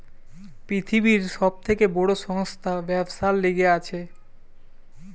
পৃথিবীর সব থেকে বড় সংস্থা ব্যবসার লিগে আছে